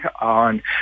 on